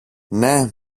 ναι